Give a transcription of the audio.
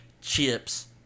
chips